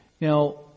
Now